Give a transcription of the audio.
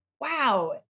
wow